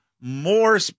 more